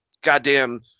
goddamn